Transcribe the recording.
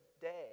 day